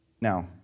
Now